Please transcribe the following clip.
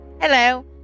Hello